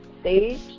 stage